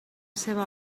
seva